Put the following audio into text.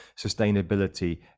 sustainability